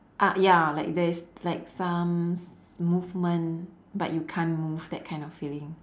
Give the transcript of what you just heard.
ah ya like this like some s~ movement but you can't move that kind of feeling